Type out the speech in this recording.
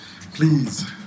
Please